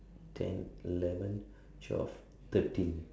ten eleven twelve thirteen